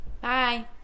Bye